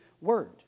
word